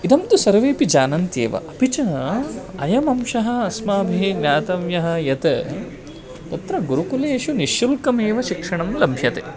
इदं तु सर्वेऽपि जानन्त्येव अपि च अयम् अंशः अस्माभिः ज्ञातव्यः यत् तत्र गुरुकुलेषु निःशुल्कमेव शिक्षणं लभ्यते